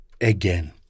again